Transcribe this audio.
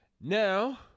now